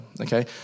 okay